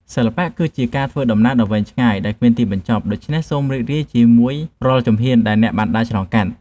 សិល្បៈគឺជាការធ្វើដំណើរដ៏វែងឆ្ងាយដែលគ្មានទីបញ្ចប់ ដូច្នេះសូមរីករាយជាមួយរាល់ជំហានដែលអ្នកបានដើរឆ្លងកាត់។